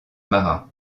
marat